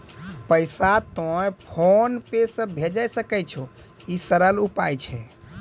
पैसा तोय फोन पे से भैजै सकै छौ? ई सरल उपाय छै?